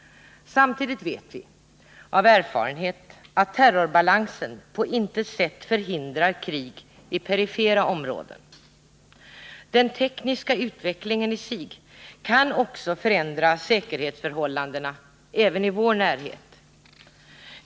Samtidigt vet vi av erfarenhet att terrorbalansen på intet sätt förhindrar krig i perifera områden. Den tekniska utvecklingen i sig kan också tänkas förändra säkerhetsförhållandena i vår närhet.